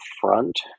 front